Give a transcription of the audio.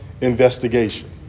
investigation